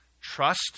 trust